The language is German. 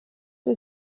wir